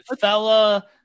fella